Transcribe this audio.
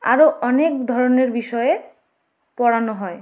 আরও অনেক ধরনের বিষয়ে পড়ানো হয়